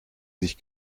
sich